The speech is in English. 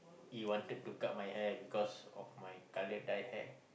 he wanted to cut my hair because of my colour dyed hair